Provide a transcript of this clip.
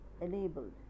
enabled